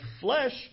flesh